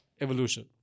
evolution